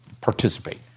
participate